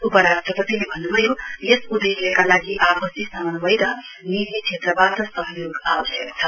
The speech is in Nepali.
उपराष्ट्रपतिले भन्न्भयो यस उदेश्यका लागि आपसी समन्वय र निजी क्षेत्रबाट सहयोग आवश्यक छ